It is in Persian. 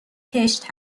کشت